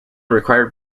required